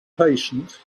patience